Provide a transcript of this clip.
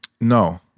No